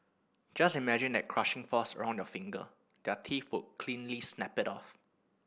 just imagine that crushing force around your finger their teeth would cleanly snap it off